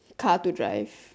a car to drive